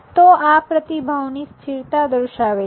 તો આ પ્રતિભાવની સ્થિરતા દર્શાવે છે